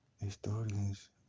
historians